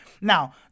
Now